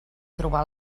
trobar